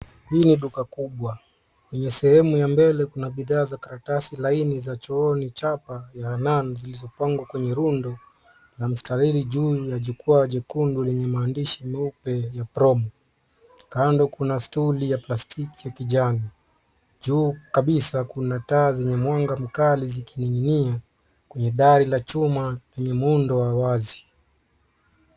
Hii ni duka kubwa, yenye sehemu ya mbele, kuna bidhaa karatasi laini za chooni chapa ya Hanaan, zilizopangwa kwenye rundo la mstarini juu ya jukwaa jekundu lenye maandishi meupe ya promo . Kando kuna stuli ya plastiki ya kijani. Juu kabisa kuna taa zenye mwanga mkali zikining'inia kwenye dari la chuma lenye muundo wa wazi.